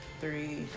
three